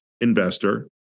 investor